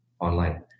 online